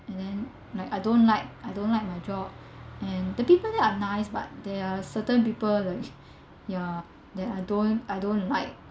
and then like I don't like I don't like my job and the people there are nice but there are certain people which ya that I don't I don't like